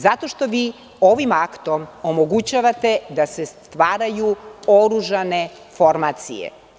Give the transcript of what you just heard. Zato što vi ovim aktom omogućavate da se stvaraju oružane formacije.